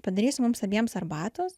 padarysiu mums abiems arbatos